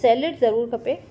salaried ज़रूरु खपे